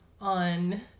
on